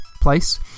place